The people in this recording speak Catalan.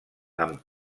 amb